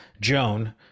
Joan